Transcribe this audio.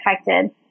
affected